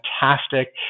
fantastic